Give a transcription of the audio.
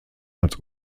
als